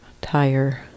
tire